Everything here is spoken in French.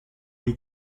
une